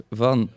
van